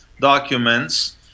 documents